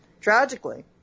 Tragically